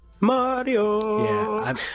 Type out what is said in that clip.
mario